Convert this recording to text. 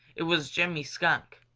it was jimmy skunk.